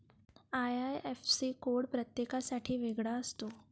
IIFC code प्रत्येकासाठी वेगळा असतो